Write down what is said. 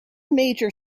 major